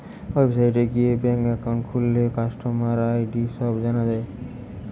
ওয়েবসাইটে গিয়ে bank account খুললে কাস্টমার আই.ডি সব জানা যায়